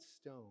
stone